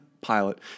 Pilot